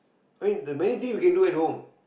I mean the many thing you can do at home